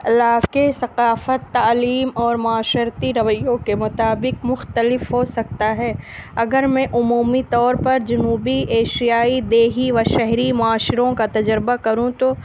علاقے ثقافت تعلیم اور معاشرتی رویوں کے مطابق مختلف ہو سکتا ہے اگر میں عمومی طور پر جنوبی ایشیائی دیہی و شہری معاشروں کا تجربہ کروں تو